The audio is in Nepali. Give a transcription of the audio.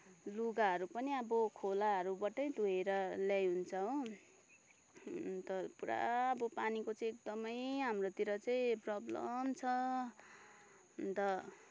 लुगाहरू पनि खोलाहरूबाटै धोएर ल्याइहुन्छ हो अन्त पुरा अब पानीको चाहिँ एकदमै हाम्रोतिर चाहिँ प्रब्लम छ अन्त